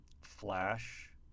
flash